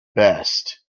best